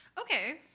okay